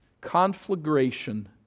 conflagration